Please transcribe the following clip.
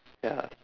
ya